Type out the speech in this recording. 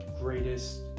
greatest